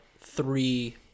three